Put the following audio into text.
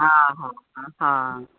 हा हा हा